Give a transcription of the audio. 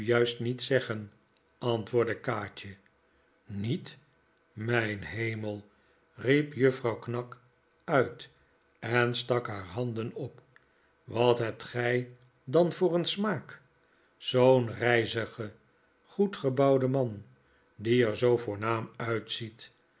juist niet zeggen antwoordde kaatje niet mijn hemel riep juffrouw knag uit en stak haar handen op wat hebt gij dan voor een smaak zoo'n rijzige goedgebouwde man die er zoo voornaam